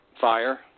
Fire